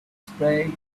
spray